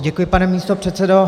Děkuji, pane místopředsedo.